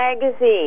magazine